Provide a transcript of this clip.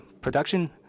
production